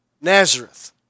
Nazareth